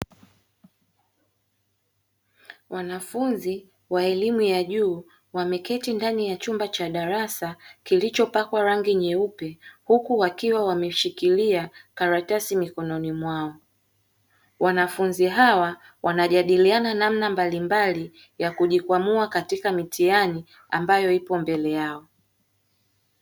Wanafunzi wa elimu ya juu wameketi ndani ya chumba cha darasa, kilichopakwa rangi nyeupe huku wakiwa wameshikilia karatasi mikononi mwao. Wanafunzi hawa wanajadiliana namna mbalimbali ya kujikwamua katika mitihani ambayo ipo mbele yao.